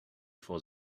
vor